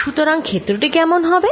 সুতরাং ক্ষেত্রটি কেমন হবে